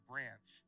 Branch